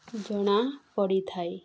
ଜଣା ପଡ଼ିଥାଏ